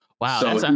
wow